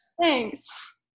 thanks